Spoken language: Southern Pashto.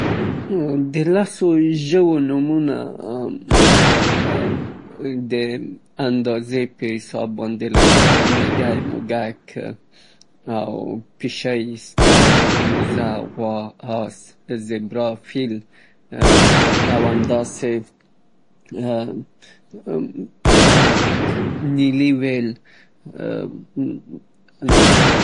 د لسو ژوو نومونه د اندازې په حساب باندې لکه مېږی، موږک او پيشۍ، سپی، وزه، غوا، آس، زېبرا، فيل او همداسې نيلي وېل.